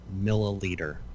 milliliter